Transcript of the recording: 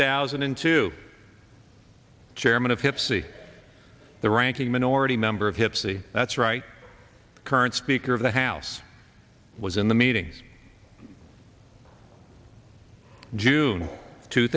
thousand and two chairman of hip c the ranking minority member of hip city that's right current speaker of the house was in the meeting june two